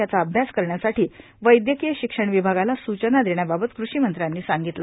याचा अभ्यास करण्यासाठी वैद्यकीय शिक्षण विभागाला सूचना देण्याबाबत कृषिमंत्र्यांनी सांगितले